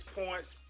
points